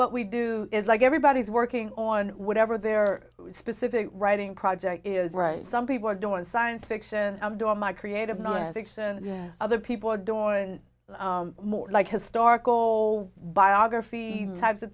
what we do is like everybody's working on whatever their specific writing project is some people are doing science fiction i'm doing my creative nonfiction other people are doing more like historical biography types of